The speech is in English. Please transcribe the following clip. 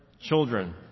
children